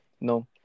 No